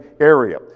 area